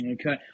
Okay